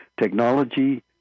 Technology